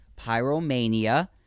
Pyromania